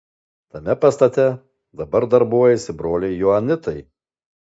tame pastate dabar darbuojasi broliai joanitai